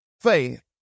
faith